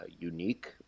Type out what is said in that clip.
unique